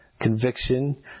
conviction